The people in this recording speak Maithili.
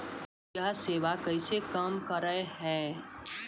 यह सेवा कैसे काम करै है?